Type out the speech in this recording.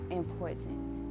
important